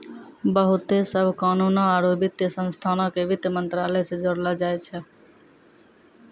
बहुते सभ कानूनो आरु वित्तीय संस्थानो के वित्त मंत्रालय से जोड़लो जाय छै